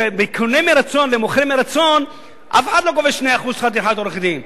כשאתה קונה מרצון ומוכר מרצון אף אחד לא גובה 2% שכר טרחת עורך-דין.